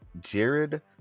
Jared